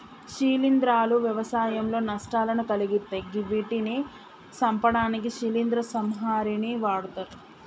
శిలీంద్రాలు వ్యవసాయంలో నష్టాలను కలిగిత్తయ్ గివ్విటిని సంపడానికి శిలీంద్ర సంహారిణిని వాడ్తరు